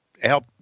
Help